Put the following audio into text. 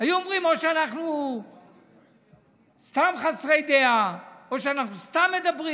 היו אומרים או שאנחנו סתם חסרי דעה או שאנחנו סתם מדברים.